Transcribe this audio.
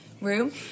room